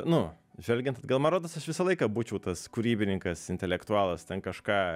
nu žvelgiant atgal man rodos aš visą laiką būčiau tas kūrybininkas intelektualas ten kažką